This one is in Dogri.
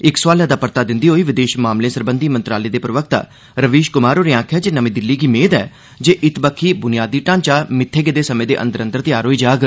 इक सुआले दा परता दिंदे होई विदेशी मामले सरबंधी मंत्रालय दे प्रवक्ता रवीश कुमार होरे आक्खेआ जे नमीं दिल्ली गी मेद ऐ जे इत्त बक्खी बुनियादी ढांचा मित्थे गेदे समें अंदर तेआर होई जाग